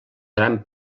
gran